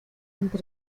entre